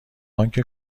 آنکه